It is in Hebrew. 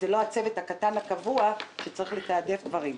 לא רק הצוות הקטן הקבוע שצריך לתעדף דברים.